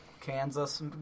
Kansas